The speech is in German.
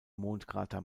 mondkrater